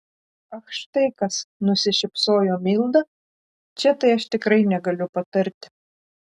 ach štai kas nusišypsojo milda čia tai aš tikrai negaliu patarti